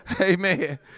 Amen